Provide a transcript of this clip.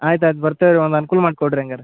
ಆಯ್ತು ಆಯ್ತು ಬರ್ತೇವೆ ರೀ ಒಂದು ಅನುಕೂಲ ಮಾಡಿ ಕೊಡಿರಿ ಹಂಗಾದ್ರೆ